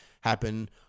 happen